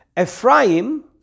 Ephraim